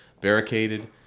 barricaded